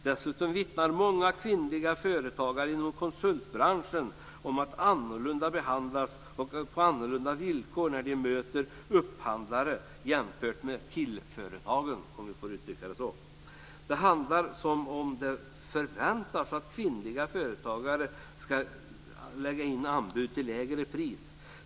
Dessutom vittnar många kvinnliga företagare inom konsultbranschen om den annorlunda behandling och de annorlunda villkor de möter hos upphandlare jämfört med "killföretagen", om jag får uttrycka det så. Det verkar som om det förväntas att kvinnliga företagare ska lägga anbud till lägre pris.